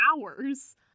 hours